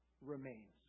remains